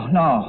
no